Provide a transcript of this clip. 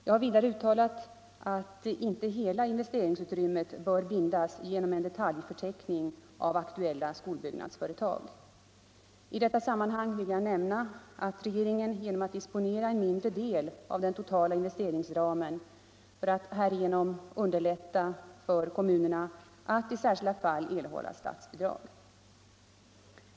Jag har vidare uttalat att inte hela investeringsutrymmet bör bindas genom en detaljförteckning av aktuella skolbyggnadsföretag. I detta sammanhang vill jag nämna att regeringen kommer att disponera en mindre del av den totala investeringsramen för att därigenom underlätta för kommunerna att i särskilda fall erhålla statsbidrag.